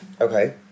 Okay